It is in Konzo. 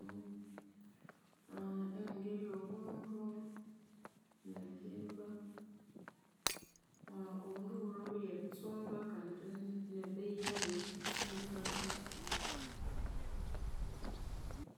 iningirya obundu nebihimba, obundu bulhobire eritsumba kandi nebeyi yabo yi- siyikalhire